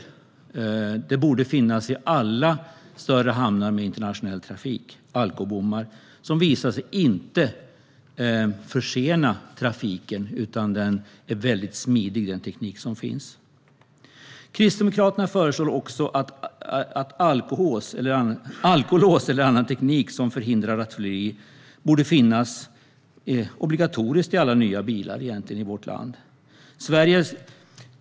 Alkobommar borde finnas i alla större hamnar med internationell trafik. Det har visat sig att de inte försenar trafiken, då den teknik som finns är väldigt smidig. Kristdemokraterna föreslår att alkolås eller annan teknik som förhindrar rattfylleri borde vara obligatoriskt i alla nya bilar i vårt land.